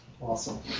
Awesome